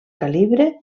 calibre